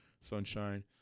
sunshine